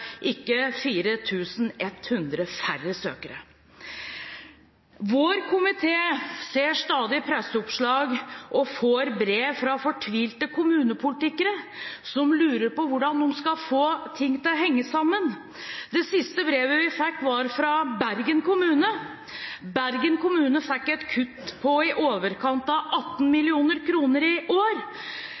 ikke 4 100 færre søkere. Vår komité ser stadig presseoppslag og får brev fra fortvilte kommunepolitikere som lurer på hvordan de skal få ting til å henge sammen. Det siste brevet vi fikk, var fra Bergen kommune. Bergen kommune fikk et kutt på i overkant av 18 mill. kr i år.